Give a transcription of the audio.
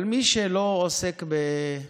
אבל מי שלא עוסק בפשיעה